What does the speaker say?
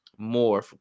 More